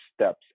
steps